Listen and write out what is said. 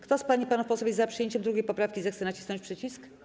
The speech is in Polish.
Kto z pań i panów posłów jest za przyjęciem 2. poprawki, zechce nacisnąć przycisk.